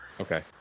okay